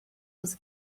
was